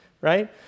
right